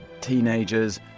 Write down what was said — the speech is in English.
teenagers